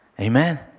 Amen